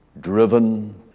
Driven